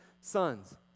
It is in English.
sons